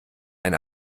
ein